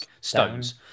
stones